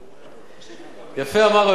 יפה אמר היושב-ראש רובי ריבלין,